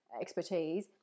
expertise